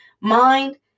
mind